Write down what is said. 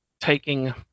taking